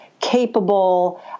capable